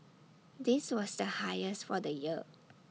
this was the highest for the year